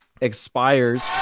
expires